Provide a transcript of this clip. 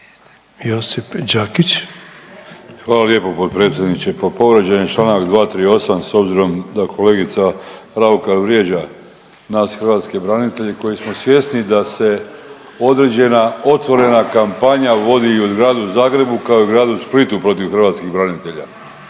Josip (HDZ)** Hvala lijepo potpredsjedniče, pa povrijeđen je Članak 238. s obzirom da kolegica Raukar vrijeđa nas hrvatske branitelje koji smo svjesni da se određena otvorena kampanja vodi i u Gradu Zagrebu kao i u Gradu Splitu protiv hrvatskih branitelja.